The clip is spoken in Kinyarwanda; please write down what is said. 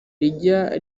rijya